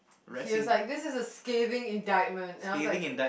he was like this is a scathing indictment and I was like